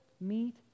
meet